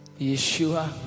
Yeshua